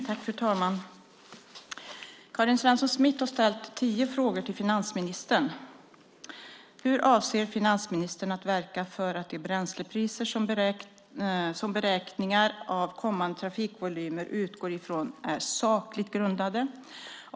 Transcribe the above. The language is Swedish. Fru talman! Karin Svensson Smith har ställt tio frågor till finansministern: Hur avser finansministern att verka för att de bränslepriser som beräkningar av kommande trafikvolymer utgår ifrån är sakligt grundade?